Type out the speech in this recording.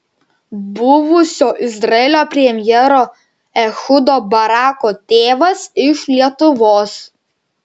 buvusio izraelio premjero ehudo barako tėvas iš lietuvos